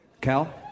Cal